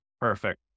Perfect